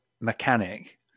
mechanic